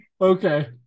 Okay